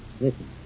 listen